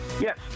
Yes